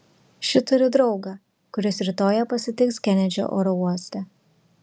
ši turi draugą kuris rytoj ją pasitiks kenedžio oro uoste